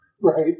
right